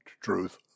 truth